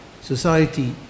Society